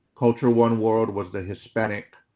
culture one world was the hispanic